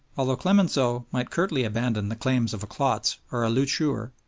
although clemenceau might curtly abandon the claims of a klotz or a loucheur,